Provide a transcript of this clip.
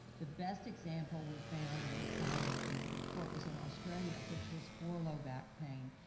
the best example we found and we cited in the report was in australia, which was for low back pain.